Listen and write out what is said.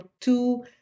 two